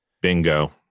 bingo